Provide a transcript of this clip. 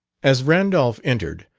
as randolph entered,